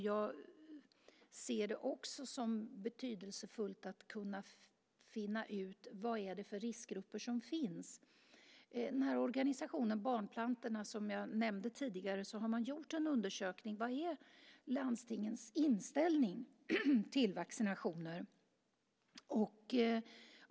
Jag ser det också som betydelsefullt att kunna finna ut vad det är för riskgrupper som finns. Organisationen Barnplantorna, som jag nämnde tidigare, har gjort en undersökning av vad som är landstingens inställning till vaccinationer.